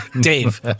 Dave